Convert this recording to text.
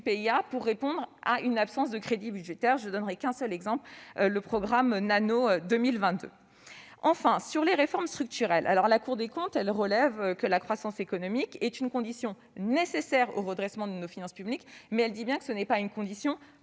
de répondre à une absence de crédits budgétaires. Je ne citerai qu'un seul exemple : le plan Nano 2022. Sur les réformes structurelles, la Cour des comptes relève que la croissance économique est une condition nécessaire au redressement de nos finances publiques, tout en précisant qu'elle n'est pas une condition